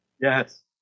Yes